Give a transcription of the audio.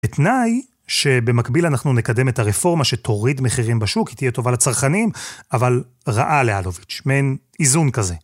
התנאי שבמקביל אנחנו נקדם את הרפורמה שתוריד מחירים בשוק, היא תהיה טובה לצרכנים, אבל רעה לאלוביץ', מעין איזון כזה.